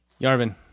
Yarvin